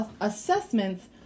assessments